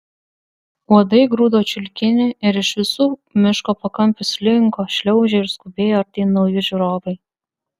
uodai grūdo čiulkinį ir iš visų miško pakampių slinko šliaužė ir skubėjo artyn nauji žiūrovai